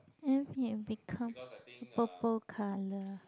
then pink and become purple colour